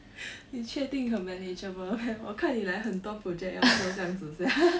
你确定很 manageable meh 我看你 like 很多 project 要做这样子 sia haha